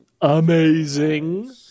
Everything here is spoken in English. amazing